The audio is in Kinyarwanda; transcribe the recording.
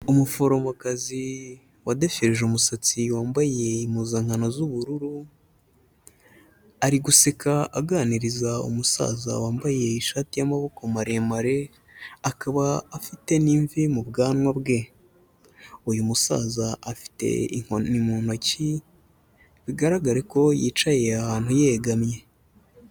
Umuforomokazi wadefirije umusatsi wambayeye impuzankano z'ubururu, ari guseka aganiriza umusaza wambaye ishati y'amaboko maremare, akaba afite n'imvi mu bwanwa bwe. Uyu musaza afite inkoni mu ntoki bigaragare ko yicaye ahantu yegamye.